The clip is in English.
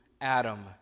Adam